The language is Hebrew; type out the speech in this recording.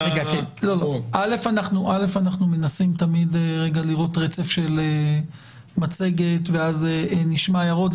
אנחנו מנסים תמיד לראות רצף של מצגת ואז נשמע הערות.